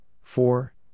Four